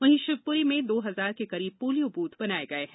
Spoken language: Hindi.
वहीं शिवपुरी में दो हजार के करीब पोलियो बूथ बनाये गये हैं